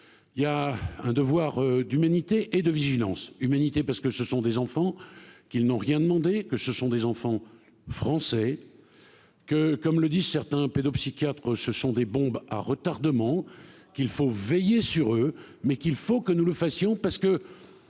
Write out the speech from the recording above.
il y a un devoir d'humanité et de vigilance humanité parce que ce sont des enfants qui n'ont rien demandé que ce sont des enfants français que comme le disent certains pédopsychiatres, ce sont des bombes à retardement qu'il faut veiller sur eux mais qu'il faut que nous le fassions parce que